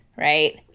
Right